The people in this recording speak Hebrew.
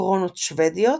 קרונות שוודיות,